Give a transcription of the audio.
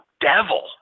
devil